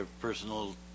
personal